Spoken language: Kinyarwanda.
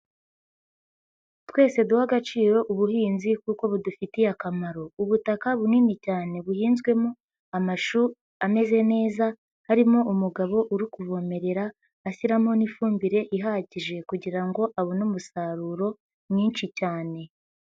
Twese duhe agaciro ubuhinzi kuko budufitiye akamaro, ubutaka bunini cyane buhinzwemo amashuri ameze neza harimo umugabo uri kuvomerera ashyiramo n'ifumbire ihagije kugira ngo abone umusaruro mwinshi cyane.